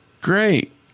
Great